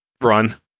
run